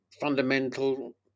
fundamental